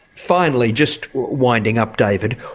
finally, just winding up david.